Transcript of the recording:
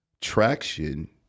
traction